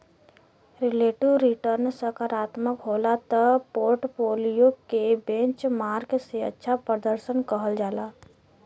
relative return सकारात्मक होला त पोर्टफोलियो के बेंचमार्क से अच्छा प्रर्दशन कहल जाला